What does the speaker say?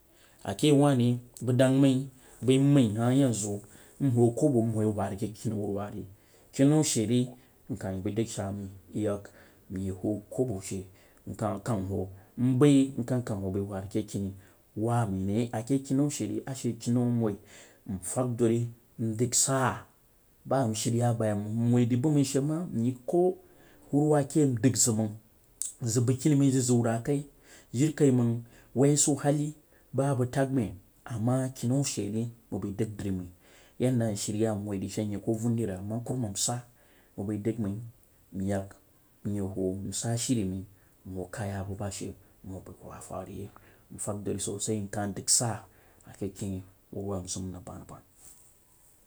A keh ywau wah re bang dang mai bau mai yeh nwuh ke bo yeh wod keni wuruwa re nka bau dang shaa ma yeh yak nwuh kobo she nwo nzəi knakng bai wuh wod keni waa bai ri a she kenu nwuh, nfag dori so saye ba nshiri yah ba yeh mang nwuh da bu mai she ma nye ku wun wa ken ndang zang mama nzak bung keni bai zang ziu tig kai jirikaimang wahnisu kali ba bang ma, ama keh nau she re she re nbai dang dri mai yeh da nsari yah keh nau she re nbai dang dri mai yeh da nsari yah nwuh se she nye ban dri rig, ama kuru mam sah bu bau dang dari nyak nyeh wuh nsah sheri məi nwuh ka yah bu ba hse nyeh wuh war yehnang duri so sah nkah dang sah a yeh keni wamwa nzan rig ban ban.